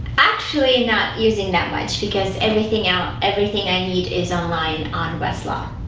actually not using that much because everything out everything i need is online on westlaw